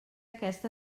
aquesta